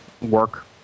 work